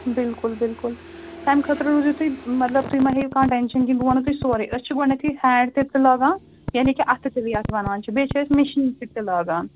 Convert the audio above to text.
بِلکُل بِلکُل تَمہِ خٲطرٕ روٗزِو تُہۍ مطلب تُہۍ ما ہیٚیِو کانٛہہ ٹٮ۪نشَن کِہیٖنٛۍ بہٕ وَنہو تۄہہِ سورُے أسۍ چھِ گۄڈنٮ۪تھٕے ہینٛڈ تِلہٕ تہِ لاگان یعنی کہِ اَتھٕ تِلہٕ یتھ وَنان چھِ بیٚیہِ چھِ أسۍ مِشیٖن سۭتۍ تہِ لاگان